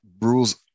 Rules